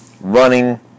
running